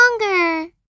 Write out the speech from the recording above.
longer